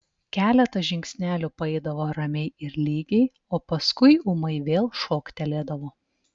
keletą žingsnelių paeidavo ramiai ir lygiai o paskui ūmai vėl šoktelėdavo